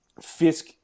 Fisk